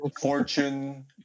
fortune